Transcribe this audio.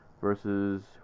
versus